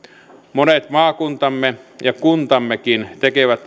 monet maakuntamme ja kuntammekin tekevät